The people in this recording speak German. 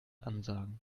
ansagen